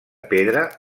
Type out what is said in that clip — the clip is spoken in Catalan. pedra